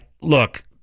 look